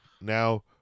now